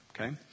okay